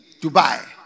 Dubai